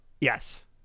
Yes